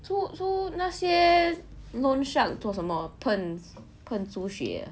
so so 那些 loan sharks 做什么喷猪血